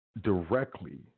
directly